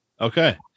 Okay